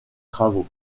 travaux